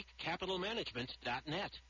peakcapitalmanagement.net